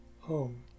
Home